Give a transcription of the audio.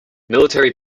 military